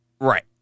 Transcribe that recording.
right